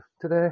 today